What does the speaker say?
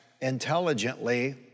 intelligently